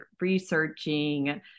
researching